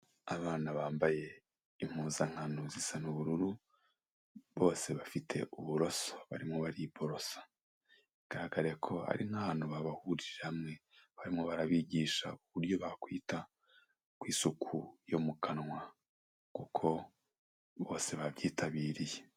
Abana bambaye impuzankano zisa n'ubururu, bose bafite uburoso barimo bariborosa. Bigaragare ko ari nk'ahantu babahuje hamwe, barimo barabigisha uburyo bakwita ku isuku yo mu kanwa, kuko bose babyitabiriye.